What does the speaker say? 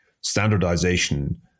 Standardization